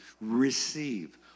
receive